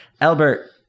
albert